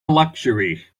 luxury